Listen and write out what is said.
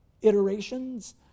iterations